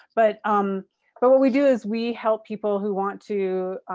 but um but what we do is we help people who want to,